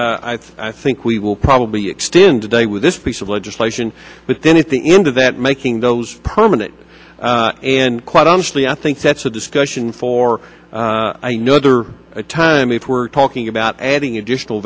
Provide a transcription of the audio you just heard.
which i think we will probably extend today with this piece of legislation with anything into that making those permanent and quite honestly i think that's a discussion for another time if we're talking about adding additional